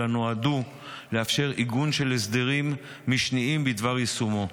אלא הן נועדו לאפשר עיגון של הסדרים משניים בדבר יישומו.